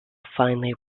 finally